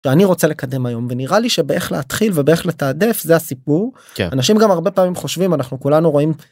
אני רוצה לקדם היום ונראה לי שבאיך להתחיל ובאיך לתעדף זה הסיפור אנשים גם הרבה פעמים חושבים אנחנו כולנו רואים